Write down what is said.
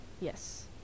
Yes